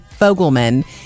Fogelman